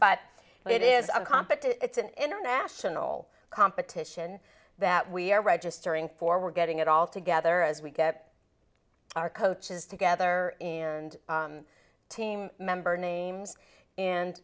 but it is a compact it's an international competition that we are registering for we're getting it all together as we get our coaches together and team member names and